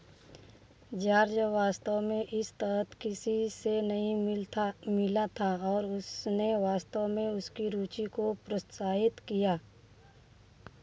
George वास्तव में इस तरह किसी से नहीं मिलता मिला था और उसने वास्तव में उसकी रुचि को प्रोत्साहित किया